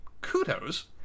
Kudos